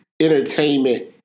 entertainment